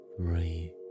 three